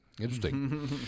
Interesting